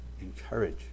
encourage